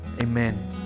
Amen